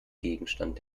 gegenstand